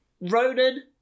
Ronan